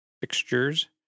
fixtures